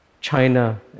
China